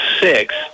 six